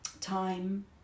time